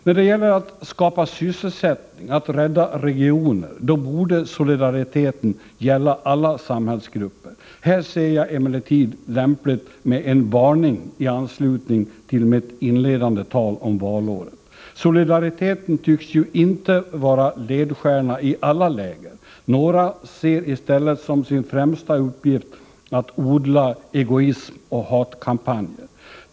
När det gäller att skapa sysselsättning, att rädda regioner, då borde solidariteten gälla alla samhällsgrupper. Här ser jag det emellertid som lämpligt med en varning i anslutning till mitt inledande tal om valåret. Solidariteten tycks inte vara ledstjärna i alla läger: Några ser i stället som sin främsta uppgift att odla egoism och hatkampanjer.